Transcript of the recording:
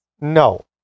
No